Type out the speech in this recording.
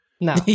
No